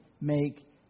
make